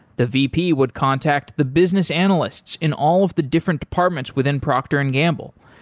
the vp would contact the business analysts in all of the different departments within procter and gamble,